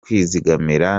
kwizigamira